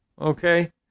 okay